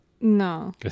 No